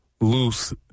loose